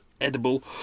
edible